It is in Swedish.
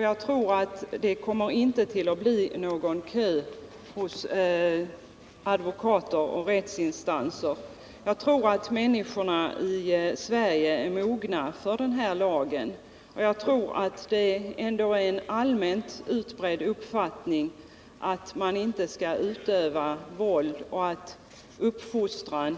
Jag tror knappast att det kommer att bli någon kö hos advokater och rättsinstanser, utan jag tror att människorna i Sverige är mogna för den här lagen. Det finns bland dem en allmänt utbredd uppfattning att man inte skall utöva våld och att uppfostran